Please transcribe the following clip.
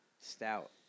Stout